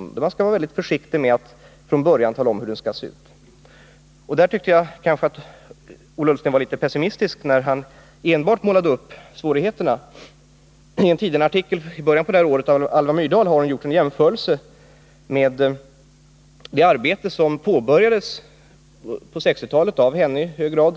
Men vi skall naturligtvis vara mycket försiktiga med att från början tala om hur den skall se ut. Ola Ullsten var kanske litet väl pessimistisk, när han enbart målade upp de svårigheter som är förknippade med att skapa en sådan atomvapenfri zon. I en artikel i Tiden i början av året har Alva Myrdal gjort en jämförelse med det arbete som på 1960-talet påbörjades, i hög grad av